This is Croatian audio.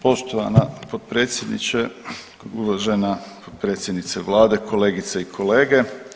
Poštovana potpredsjedniče, uvažena predsjednice Vlade, kolegice i kolege.